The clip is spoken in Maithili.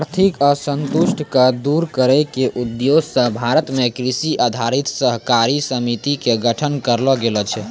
आर्थिक असंतुल क दूर करै के उद्देश्य स भारत मॅ कृषि आधारित सहकारी समिति के गठन करलो गेलो छै